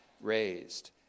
raised